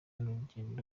n’urugendo